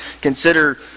consider